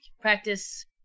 practice